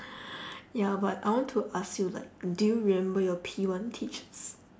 ya but I want ask you like do you remember your P one teachers